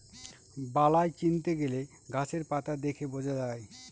বালাই চিনতে গেলে গাছের পাতা দেখে বোঝা যায়